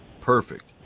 Perfect